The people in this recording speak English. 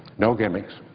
no gimmicks.